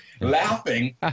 laughing